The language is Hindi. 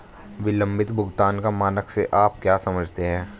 विलंबित भुगतान का मानक से आप क्या समझते हैं?